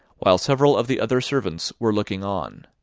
while several of the other servants were looking on.